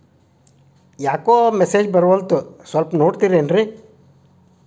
ಯಾಕೊ ಮೆಸೇಜ್ ಬರ್ವಲ್ತು ಸ್ವಲ್ಪ ನೋಡ್ತಿರೇನ್ರಿ?